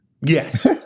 Yes